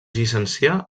llicencià